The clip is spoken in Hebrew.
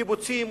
קיבוצים,